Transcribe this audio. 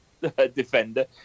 defender